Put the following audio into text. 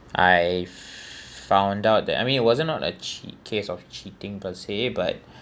I found out that I mean it wasn't not like cheat case of cheating per se but